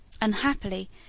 Unhappily